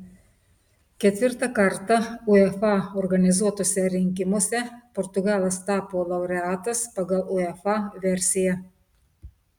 ketvirtą kartą uefa organizuotuose rinkimuose portugalas tapo laureatas pagal uefa versiją